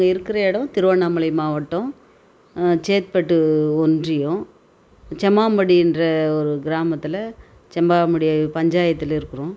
நாங்கள் இருக்கிற இடம் திருவண்ணாமலை மாவட்டம் சேத்துப்பட்டு ஒன்றியம் செம்மாம்படின்ற ஒரு கிராமத்தில் செம்பாபடி பஞ்சாயத்தில் இருக்கிறோம்